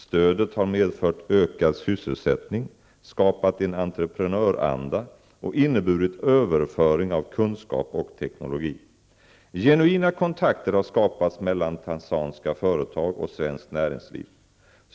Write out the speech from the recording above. Stödet har medfört ökad sysselsättning, skapat en entreprenöranda och inneburit överföring av kunskap och teknologi. Genuina kontakter har skapats mellan tanzaniska företag och svenskt näringsliv.